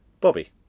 Bobby